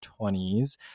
20s